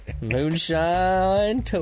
moonshine